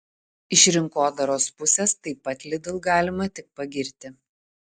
iš rinkodaros pusės taip pat lidl galima tik pagirti